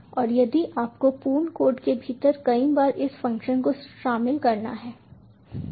और यदि आपको पूर्ण कोड के भीतर कई बार इस फ़ंक्शन को शामिल करना है